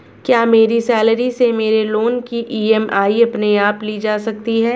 क्या मेरी सैलरी से मेरे लोंन की ई.एम.आई अपने आप ली जा सकती है?